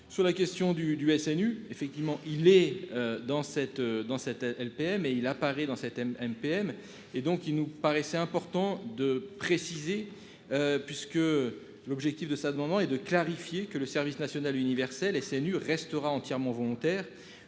sur la question du du SNU. Effectivement, il est dans cette, dans cette LPM et il apparaît dans cette thèmes MPM et donc il nous paraissait important de préciser. Puisque l'objectif de ça, du moment et de clarifier que le service national universel SNU restera entièrement volontaire